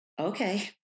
okay